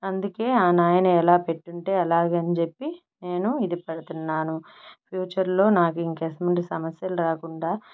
అందుకే ఆ నాయన ఎలా పెట్టుంటే అలాగే అని చెప్పి నేను ఇది పడతున్నాను ఫ్యూచర్లో నాకింకా ఎటువంటి సమస్యలు రాకుండా